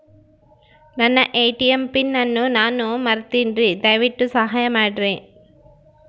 ನನ್ನ ATM pin ಅನ್ನು ನಾನು ಮರಿತಿನ್ರಿ, ದಯವಿಟ್ಟು ಸಹಾಯ ಮಾಡ್ರಿ